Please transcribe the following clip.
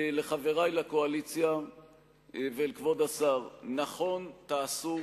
אל חברי לקואליציה ואל כבוד השר: נכון תעשו